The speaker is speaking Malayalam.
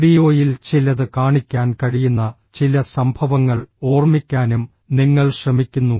വീഡിയോയിൽ ചിലത് കാണിക്കാൻ കഴിയുന്ന ചില സംഭവങ്ങൾ ഓർമ്മിക്കാനും നിങ്ങൾ ശ്രമിക്കുന്നു